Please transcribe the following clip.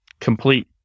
complete